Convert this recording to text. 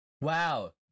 Wow